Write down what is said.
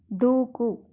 దూకు